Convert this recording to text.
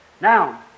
Now